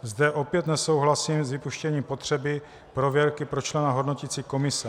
Zde opět nesouhlasím s vypuštěním potřeby prověrky pro člena hodnoticí komise.